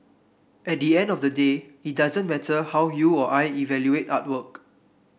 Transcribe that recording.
at the end of the day it doesn't matter how you or I evaluate artwork